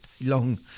long